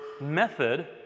method